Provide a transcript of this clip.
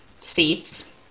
seats